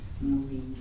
movies